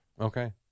Okay